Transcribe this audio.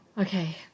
Okay